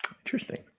interesting